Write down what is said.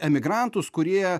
emigrantus kurie